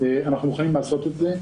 אנחנו מוכנים לעשות את זה.